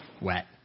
wet